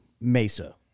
Mesa